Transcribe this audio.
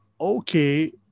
okay